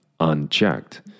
unchecked